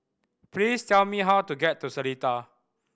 please tell me how to get to Seletar